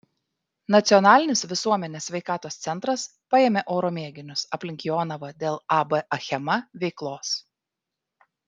nacionalinis visuomenės sveikatos centras paėmė oro mėginius aplink jonavą dėl ab achema veiklos